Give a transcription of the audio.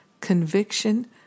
conviction